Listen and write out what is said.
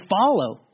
follow